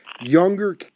younger